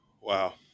wow